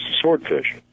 swordfish